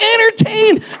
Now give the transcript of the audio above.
entertain